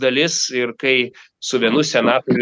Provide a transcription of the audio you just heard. dalis ir kai su vienu senatoriu